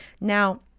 now